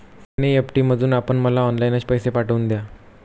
NEFT मधून आपण मला ऑनलाईनच पैसे पाठवून द्या